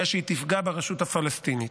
בגלל שהיא תפגע ברשות הפלסטינית.